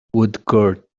woodcourt